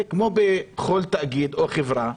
כמו בכל תאגיד או חברה,